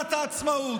במגילת העצמאות.